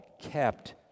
kept